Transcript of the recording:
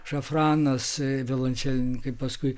šafranas violončelininkai paskui